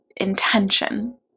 intention